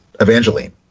Evangeline